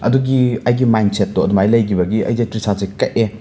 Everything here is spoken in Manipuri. ꯑꯗꯨꯒꯤ ꯑꯩꯒꯤ ꯃꯥꯏꯟ ꯁꯦꯠꯇꯣ ꯑꯗꯨꯃꯥꯏ ꯂꯩꯒꯤꯕꯒꯤ ꯑꯩꯖꯦ ꯇ꯭ꯔꯤꯁꯥꯠꯁꯦ ꯀꯛꯑꯦ